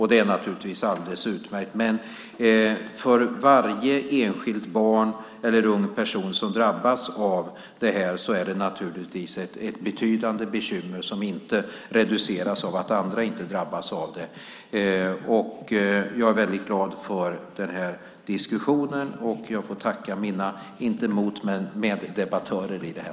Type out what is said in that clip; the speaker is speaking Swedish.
Det är naturligtvis alldeles utmärkt, men för varje enskilt barn eller ung person som drabbas av detta är det naturligtvis ett betydande bekymmer som inte reduceras av att andra inte drabbas av det. Jag är väldigt glad för den här diskussionen och tackar mina meddebattörer.